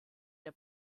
der